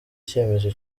cyemezo